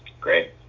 Great